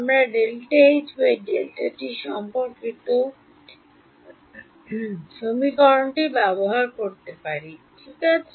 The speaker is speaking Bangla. আমরা সম্পর্কিত সমীকরণটি ব্যবহার করতে পারি ঠিক আছে